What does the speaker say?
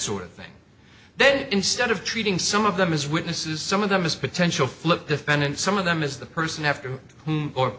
sort of thing then instead of treating some of them as witnesses some of them as potential flip defendants some of them is the person after or